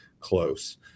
close